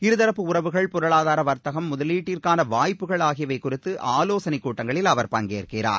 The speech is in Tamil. இருதரப்பு உறவுகள் பொருளாதார வர்த்தகம் முதலீட்டுக்கான வாய்ப்புகள் ஆகியவை குறித்து ஆலோசனைக் கூட்டங்களில் அவர் பங்கேற்கிறார்